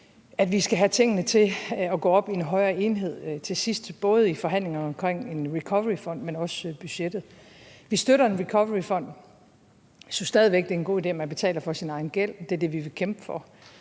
at vi skal have tingene til at gå op i en højere enhed til sidst, både i forhandlingerne omkring en recoveryfond, men også budgettet. Vi støtter en recoveryfond. Vi synes stadig væk, det er en god idé, at man betaler for sin egen gæld – det er det, vi vil kæmpe for.